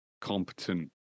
competent